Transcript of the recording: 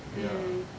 ya